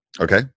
Okay